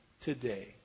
today